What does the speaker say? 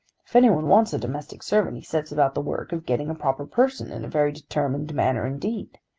if any one wants a domestic servant he sets about the work of getting a proper person in a very determined manner indeed.